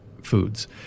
foods